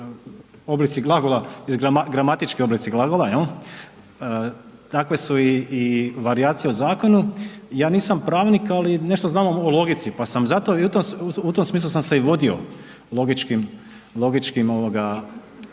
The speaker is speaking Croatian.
gramatički oblici glagola, jel, takvi su i varijacije u zakonu, ja nisam pravnik ali nešto znam o logici pa sam zato i u tom smislu sam se i vodio logičkim modelima